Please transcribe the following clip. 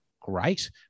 Great